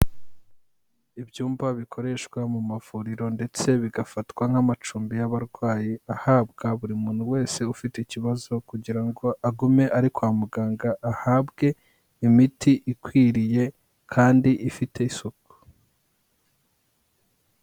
Ibyumba bikoreshwa mu mavuriro ndetse bigafatwa nk'amacumbi y'abarwayi ahabwa buri muntu wese ufite ikibazo, kugira ngo agume ariko kwa muganga ahabwe imiti ikwiriye kandi ifite isuku.